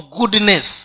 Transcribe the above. goodness